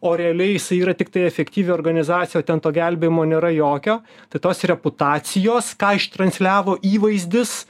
o realiai jisai yra tiktai efektyvi organizacija o ten to gelbėjimo nėra jokio tai tos reputacijos ką ištransliavo įvaizdis